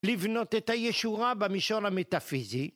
לבנות את הישורה במישור המטאפיזי.